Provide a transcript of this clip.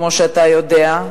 כמו שאתה יודע,